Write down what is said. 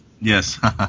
Yes